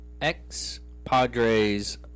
ex-Padre's